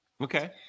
Okay